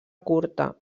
curta